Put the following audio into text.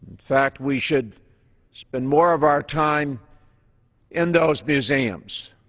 fact, we should spend more of our time in those museums.